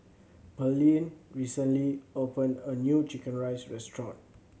Pearlene recently opened a new chicken rice restaurant